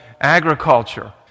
agriculture